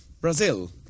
Brazil